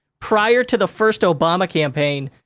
prior to the first obama campaign,